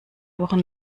wochen